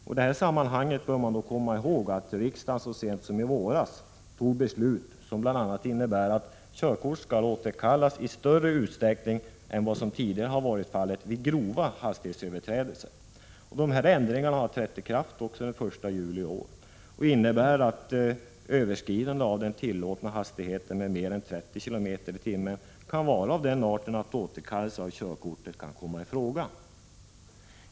I det sammanhanget bör man komma ihåg, att riksdagen så sent som i våras tog beslut som bl.a. innebär att körkort skall återkallas i större utsträckning än vad som tidigare har varit fallet vid grova hastighetsöverträdelser. De här ändringarna har trätt i kraft den 1 juli i år och innebär att överskridanden av den tillåtna hastigheten med mer än 30 km/tim kan vara av den arten att återkallelse av körkort kan komma i fråga.